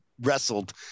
wrestled